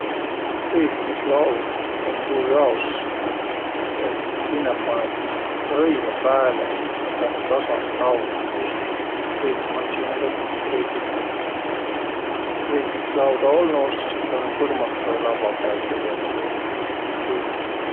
Triikmislaud um tuujaos, et sinnäq panõt rõivaq pääle. Taa um sääne tasanõ laud. Ja sis triikmismassinaga triigit. Et triikmislauda olnu-us, sis pidänüq põrmandu vai lavva pääl tegemä tuud tuud